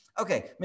Okay